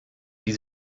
die